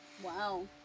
Wow